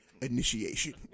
initiation